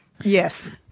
Yes